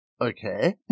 okay